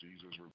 Jesus